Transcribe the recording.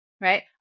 right